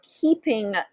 keeping